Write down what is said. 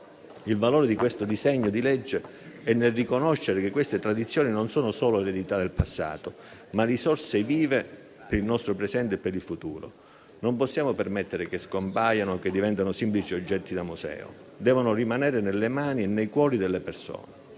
Il valore di questo disegno di legge è nel riconoscere che queste tradizioni sono non solo eredità del passato, ma risorse vive per il nostro presente e per il futuro; non possiamo permettere che scompaiono o che diventino semplici oggetti da museo, ne devono rimanere nelle mani e nei cuori delle persone.